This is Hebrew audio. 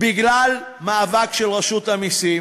בגלל מאבק של רשות המסים.